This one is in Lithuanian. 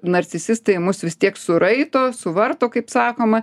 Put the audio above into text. narcisistai mus vis tiek suraito suvarto kaip sakoma